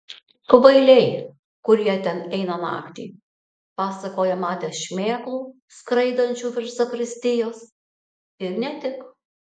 kvailiai kurie ten eina naktį pasakoja matę šmėklų skraidančių virš zakristijos ir ne tik